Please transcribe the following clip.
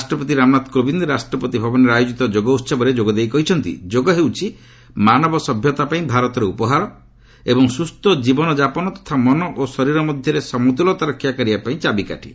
ରାଷ୍ଟପତି ରାମନାଥ କୋବିନ୍ଦ ରାଷ୍ଟପତି ଭବନରେ ଆୟୋଜିତ ଯୋଗ ଉତ୍ସବରେ ଯୋଗ ଦେଇ କହିଛନ୍ତି ଯୋଗ ହେଉଛି ମାନବ ସଭ୍ୟତା ପାଇଁ ଭାରତର ଉପହାର ଏବଂ ସୁସ୍ଥ ଜୀବନ ଯାପନ ତଥା ମନ ଓ ଶରୀର ମଧ୍ୟରେ ସମତୂଲତା ରକ୍ଷା କରିବାପାଇଁ ଚାବିକାଠି